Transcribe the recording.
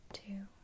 two